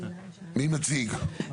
מי מציג?